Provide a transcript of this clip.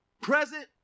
present